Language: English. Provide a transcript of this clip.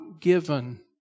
given